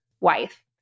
wife